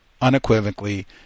unequivocally